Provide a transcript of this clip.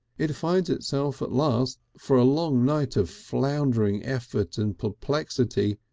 it finds itself at last for a long night of floundering effort and perplexity,